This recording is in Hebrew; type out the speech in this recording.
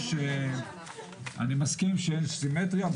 אני מסכים שאין סימטריה.